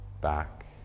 back